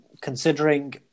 Considering